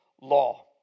Law